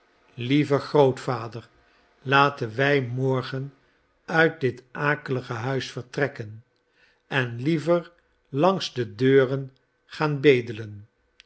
lieve grootvader laten wij morgen uit dit akelige huis vertrekken en liever langs de deuren gaan bedelen